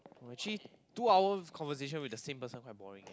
actually two hours conversation with the same person quite boring eh